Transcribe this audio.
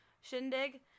shindig